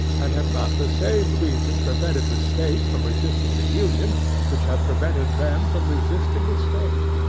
and have not the same reasons prevented the state from resisting the union which have prevented them from resisting the state?